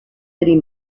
city